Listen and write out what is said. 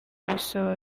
bisaba